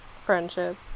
friendship